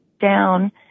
down